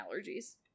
allergies